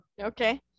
okay